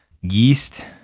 Yeast